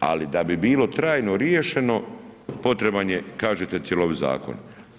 ali da bi bilo trajno riješeno potreban je kažete cjelovit zakon.